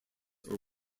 are